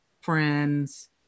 friends